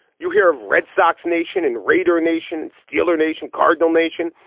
you hear of red sox nation and raider nation, and steeler nation, cardinal nation.